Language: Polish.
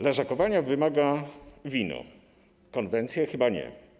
Leżakowania wymaga wino, konwencje chyba nie.